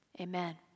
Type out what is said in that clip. amen